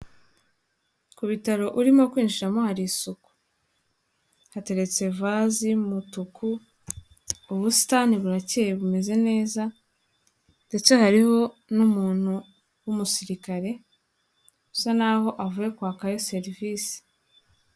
Ku bitaro urimo kwinjiramo hari isuku, hateretse vazi y'umutuku, ubusitani buracyeye bumeze neza, ndetse hariho n'umuntu w'umusirikare, usa n'aho avuye kwakayo serivisi.